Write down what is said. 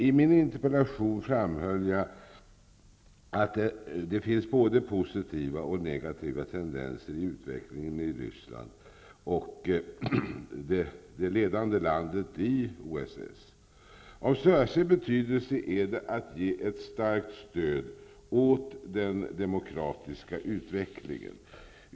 I min interpellation framhöll jag att det finns både positiva och negativa tendenser i utvecklingen i Ryssland, det ledande landet i OSS. Av särskild betydelse är det att ge ett starkt stöd åt den demokratiska utvecklingen.